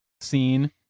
scene